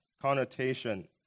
connotation